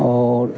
और